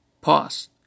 Pause